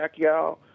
Pacquiao